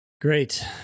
Great